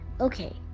Okay